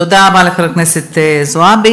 תודה רבה לחברת הכנסת זועבי.